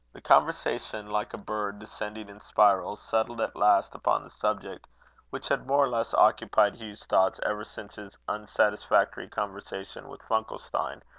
the conversation, like a bird descending in spirals, settled at last upon the subject which had more or less occupied hugh's thoughts ever since his unsatisfactory conversation with funkelstein,